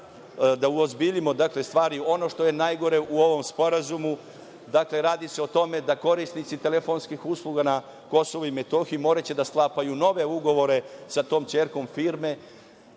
bude ozbiljna, ono što je najgore u ovom sporazumu, radi se o tome da korisnici telefonskih usluga na KiM moraće da sklapaju nove ugovore sa tom kćerkom firme